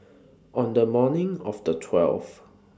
on The morning of The twelfth